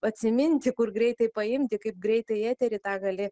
atsiminti kur greitai paimti kaip greitai į eterį tą gali